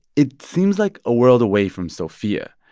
it seems like a world away from sophia.